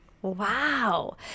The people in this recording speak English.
wow